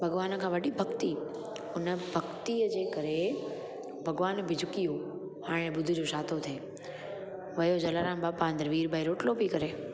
भॻवान खां वॾी भक्ति हुन भक्तिअ जे करे भॻवान बि झुकी वियो हाणे ॿुधजो छा थो थिए वियो जलाराम बापा अंदरि वीरबाई रोटलो पेई करे